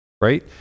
right